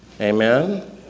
Amen